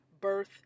birth